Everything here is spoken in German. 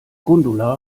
gundula